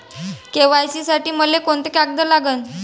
KYC साठी मले कोंते कागद लागन?